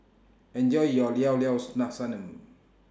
Enjoy your Llao Llao Sanum